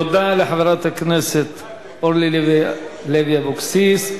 תודה לחברת הכנסת אורלי לוי אבקסיס.